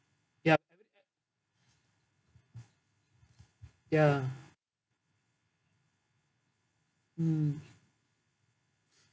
yup ya mm